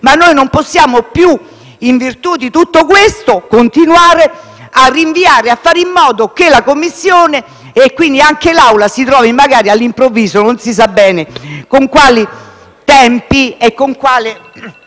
ma non possiamo più, in virtù di tutto questo continuare a rinviare, facendo in modo che le Commissioni e quindi l'Assemblea si riuniscano all'improvviso, non si sa bene con quali tempi né con quale